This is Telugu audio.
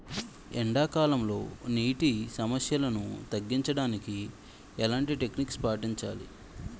ఎండా కాలంలో, నీటి సమస్యలను తగ్గించడానికి ఎలాంటి టెక్నిక్ పాటించాలి?